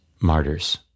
Martyrs